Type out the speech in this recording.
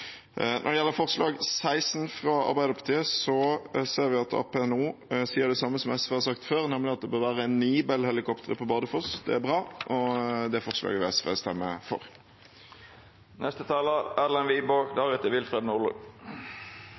Når det gjelder forslag nr. 16, fra Arbeiderpartiet, ser vi at Arbeiderpartiet nå sier det samme som SV har sagt før, nemlig at det bør være ni Bell-helikoptre på Bardufoss. Det er bra, og det forslaget vil SV stemme for.